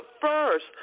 first